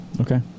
Okay